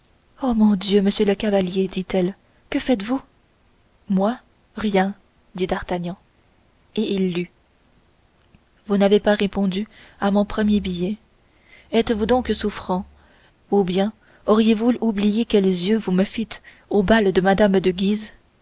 oh mon dieu monsieur le chevalier dit-elle que faites-vous moi rien dit d'artagnan et il lut vous n'avez pas répondu à mon premier billet êtes-vous donc souffrant ou bien auriez-vous oublié quels yeux vous me fîtes au bal de mme de guise